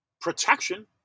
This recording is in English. protection